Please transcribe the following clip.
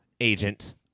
agent